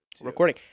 recording